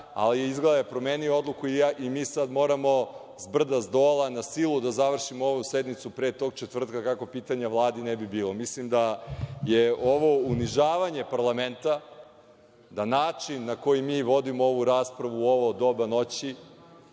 ali izgleda da je promenio odluku i mi sad moramo s brda, s dola, na silu da završimo ovu sednicu pre tog četvrtka kako pitanja Vladi ne bi bilo. Mislim da je ovo unižavanje parlamenta da način na koji mi vodimo ovu raspravu u ovo doba noći,